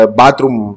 bathroom